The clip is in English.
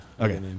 Okay